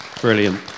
Brilliant